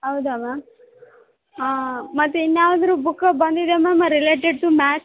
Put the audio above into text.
ಹೌದ ಮ್ಯಾಮ್ ಮತ್ತು ಇನ್ಯಾದಾರು ಬುಕ್ಕ ಬಂದಿದೆಯ ಮ್ಯಾಮ್ ರಿಲೇಟೆಡ್ ಟು ಮ್ಯಾತ್